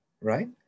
right